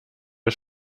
der